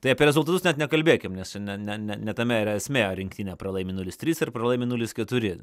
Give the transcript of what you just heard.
tai apie rezultatus net nekalbėkim nes ne ne ne ne tame esmė rinktinė pralaimi nulis trys ir pralaimi nulis keturi